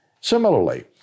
Similarly